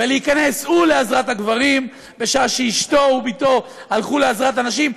ולהיכנס לעזרת הגברים בשעה שאשתו ובתו הלכו לעזרת הנשים,